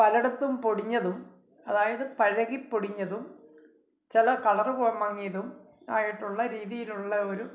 പലയിടത്തും പൊടിഞ്ഞതും അതായത് പഴകിപ്പൊടിഞ്ഞതും ചില കളര് മങ്ങിയതും ആയിട്ടുള്ള രീതിയിലുള്ള ഒരു